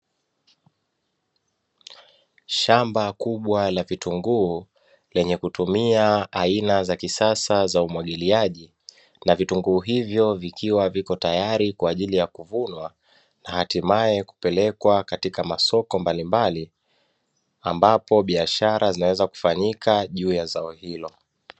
Shamba kubwa la vitunguu lenye kutumia aina za kisasa za umwagiliaji, na vitunguu hivyo vikiwa viko tayari kwa ajili ya kuvunwa na hatimae kupelekwa katika masoko mbalimbali, ambapo biashara zinaweza kufanyika juu ya zao hilo.